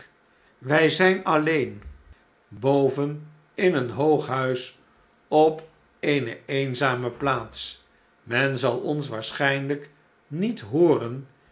wij zijn alleen boven in een hoog huis op eene eenzame plaats men zal ons waarschijnlijk niet hooren